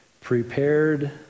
prepared